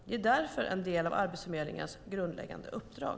Det är därför en del av Arbetsförmedlingens grundläggande uppdrag.